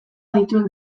adituek